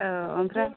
औ ओमफ्राय